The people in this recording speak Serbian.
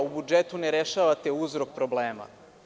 U budžetu ne rešavate uzrok problema.